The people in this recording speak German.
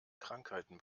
krankheiten